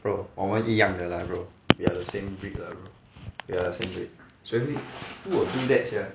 bro 我们一样的 lah bro we are the same breed 的 we are the same breed wo will do that sia